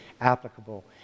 applicable